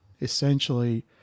essentially